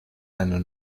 einer